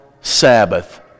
Sabbath